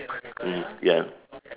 mm ya